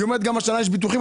היא אומרת שגם השנה יש ביטוחים.